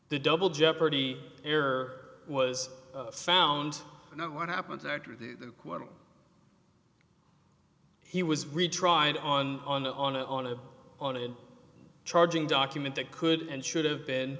the double jeopardy heir was found and what happens after that he was retried on the on a on a on a charging document that could and should have been